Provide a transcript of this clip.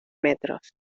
metros